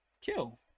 Kill